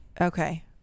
okay